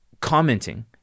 commenting